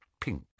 pink